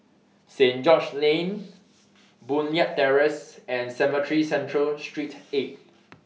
Saint George's Lane Boon Leat Terrace and Cemetry Central Saint eight